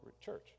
church